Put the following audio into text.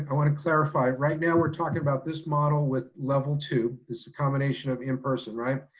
i want to clarify, right now, we're talking about this model with level two is the combination of in person, right?